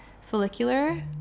follicular